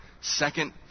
Second